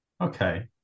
Okay